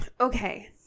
Okay